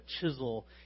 chisel